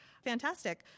Fantastic